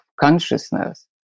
consciousness